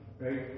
right